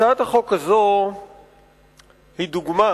הצעת החוק הזו היא דוגמה